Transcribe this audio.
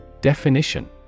Definition